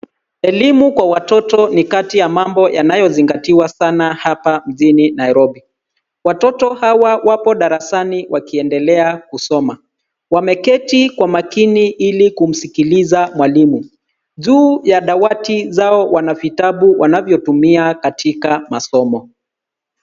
Elimu kwa watoto ni kati ya mambo yanayozingatiwa sana hapa mjini Nairobi. Watoto hawa wapo darasani wakiendelea kusoma. Wameketi kwa makini ili kumsikiliza mwalimu juu ya dawati zao. Wana vitabu wanavyotumia katika masomo.